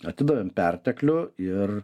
atidavėm perteklių ir